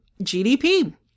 GDP